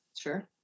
sure